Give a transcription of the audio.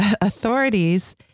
authorities